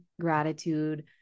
gratitude